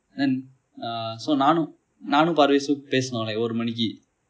and uh so நானும் நானும் பர்வேசும் பேசினோம்:naanum naanum parveesum peesinoom like ஒரு மணிக்கு:oru maniku